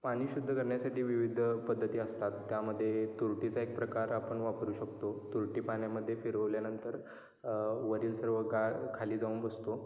पाणी शुद्ध करण्यासाठी विविध पद्धती असतात त्यामध्ये तुरटीचा एक प्रकार आपण वापरू शकतो तुरटी पाण्यामध्ये फिरवल्यानंतर वरील सर्व गाळ खाली जाऊन बसतो